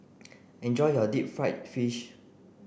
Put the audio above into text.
enjoy your deep fried fish